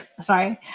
sorry